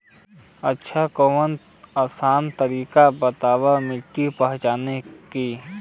अच्छा कवनो आसान तरीका बतावा मिट्टी पहचाने की?